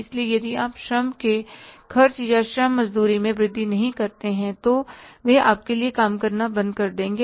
इसलिए यदि आप श्रम के खर्च या श्रम मजदूरी में वृद्धि नहीं करते हैं तो वे आपके लिए काम करना बंद कर देंगे